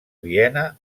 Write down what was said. viena